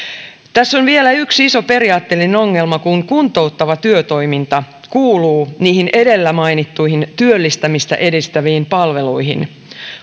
tässä on vielä yksi iso periaatteellinen ongelma kuntouttava työtoiminta kuuluu niihin edellä mainittuihin työllistymistä edistäviin palveluihin